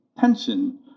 tension